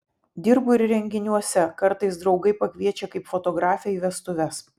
dirbu ir renginiuose kartais draugai pakviečia kaip fotografę į vestuves